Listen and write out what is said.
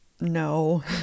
no